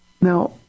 Now